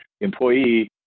Employee